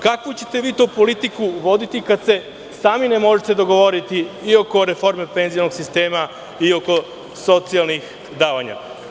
Kakvu ćete vi to politiku voditi kada se sami ne možete dogovoriti i oko reforme penzionog sistema i oko socijalnih davanja?